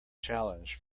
challenge